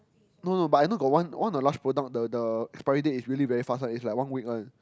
no no no but I know got one one of the Lush product the the expiry date is really very fast one is like one week one